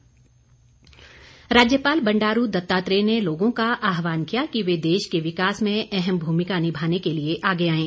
राज्यपाल राज्यपाल बंडारू दत्तात्रेय ने लोगों का आहवान किया कि वे देश के विकास में अहम भूमिका निभाने के लिए आगे आएं